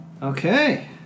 Okay